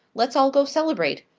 let's all go celebrate.